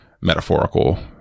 metaphorical